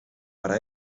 para